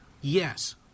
Yes